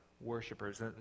Worshippers